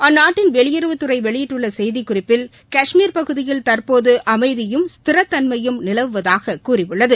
அந்நாட்டின் வெளியுறவுத்துறை வெளியிட்டுள்ள செய்திக்குறிப்பில் கஷ்மீர் பகுதியில் தற்போது அமைதியும் ஸ்திரத்தன்மையும் நிலவுவதாக கூறியுள்ளது